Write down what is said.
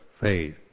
faith